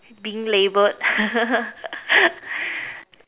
being labelled